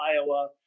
Iowa